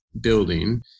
building